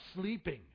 sleeping